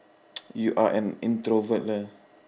you are an introvert lah